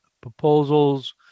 proposals